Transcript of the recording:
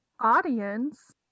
audience